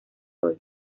sol